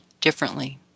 differently